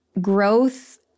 Growth